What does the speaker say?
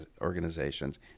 organizations